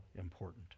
important